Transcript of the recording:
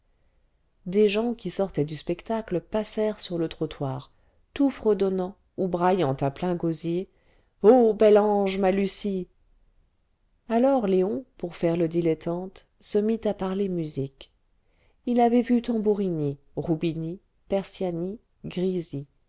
des gens qui sortaient du spectacle passèrent sur le trottoir tout fredonnant ou braillant à plein gosier o bel ange ma lucie alors léon pour faire le dilettante se mit à parler musique il avait vu tamburini rubini persiani grisi